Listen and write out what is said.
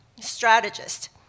strategist